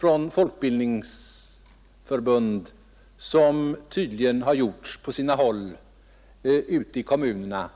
till folkbildningsförbund som tydligen gjorts på sina håll ute i kommunerna.